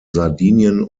sardinien